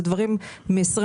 אלה דברים מ-2021,